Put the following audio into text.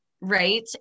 Right